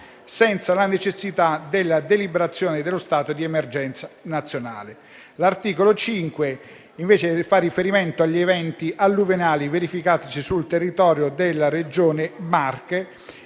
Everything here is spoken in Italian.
senza la necessità della deliberazione dello stato di emergenza nazionale. L'articolo 5, invece, fa riferimento agli eventi alluvionali verificatisi sul territorio della Regione Marche